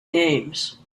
names